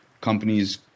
companies